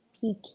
peak